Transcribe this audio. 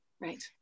right